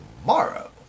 tomorrow